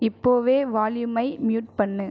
இப்போதே வால்யூமை மியூட் பண்ணு